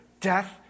Death